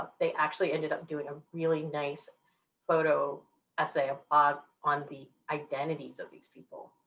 they actually ended up doing a really nice photo essay ah on the identities of these people.